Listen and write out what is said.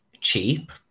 cheap